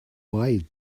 why